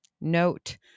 note